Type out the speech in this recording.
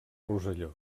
rosselló